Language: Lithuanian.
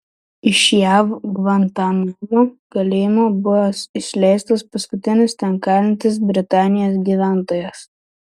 iš jav gvantanamo kalėjimo bus išleistas paskutinis ten kalintis britanijos gyventojas